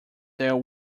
there